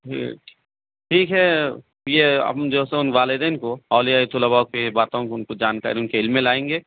جی ٹھیک ہے یہ اب جو ہے سو والدین کو اولیائے طلباء کے باتوں کو اُن کو جانکاری اُن کے علم میں لائیں گے